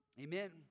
amen